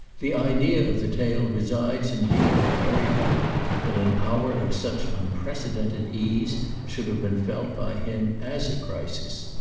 the idea of the tale resides indeed in the very fact that an hour of such unprecedented ease should have been felt by him as a crisis,